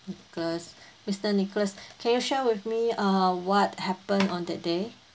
because mister nicholas can you share with me err what happened on that day